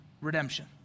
redemption